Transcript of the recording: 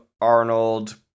Arnold